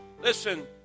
listen